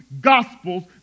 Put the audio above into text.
Gospels